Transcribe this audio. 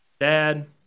dad